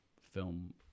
film